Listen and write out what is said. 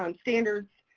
um standards.